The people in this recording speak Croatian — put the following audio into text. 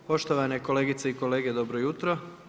Poštovane kolegice i kolege, dobro jutro.